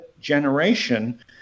generation